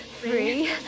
free